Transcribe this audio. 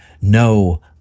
no